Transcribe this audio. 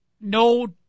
no